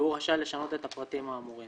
והוא רשאי לשנות את הפרטים האמורים.